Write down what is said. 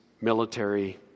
military